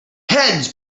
heads